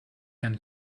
can